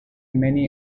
many